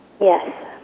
Yes